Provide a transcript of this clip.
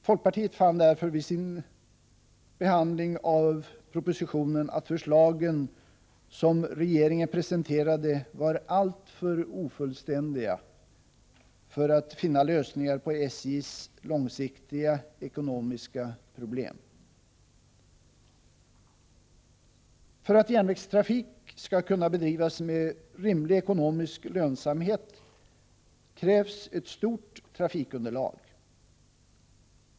Folkpartiet fann därför vid sin behandling av propositionen att förslagen som regeringen presenterade var alltför ofullständiga för att ge lösningar på SJ:s långsiktiga ekonomiska problem. För att järnvägstrafik skall kunna bedrivas med rimlig ekonomisk lönsamhet krävs ett stort trafikunderlag.